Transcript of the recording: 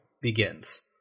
begins